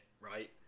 right